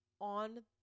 on